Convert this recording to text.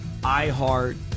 iHeart